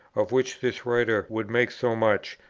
of which this writer would make so much,